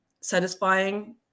satisfying